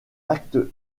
acte